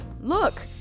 Look